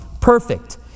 perfect